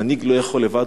מנהיג לא יכול לבד,